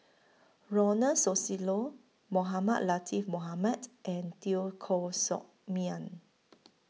Ronald Susilo Mohamed Latiff Mohamed and Teo Koh Sock Miang